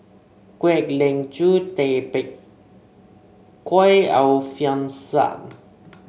Kwek Leng Joo Tay Bak Koi Alfian Sa'at